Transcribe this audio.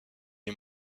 les